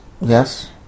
Yes